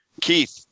Keith